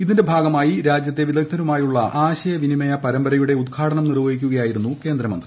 ഇതിന്റെ ഭാഗമായി രാജ്യത്തെ വിദഗ്ധരുമായുള്ള ആശയ വിനിമയ പരമ്പരയുടെ ഉദ്ഘാടനം നിർവ്വഹിച്ചു സംസാരിക്കുകയായിരുന്നു കേന്ദ്ര മന്ത്രി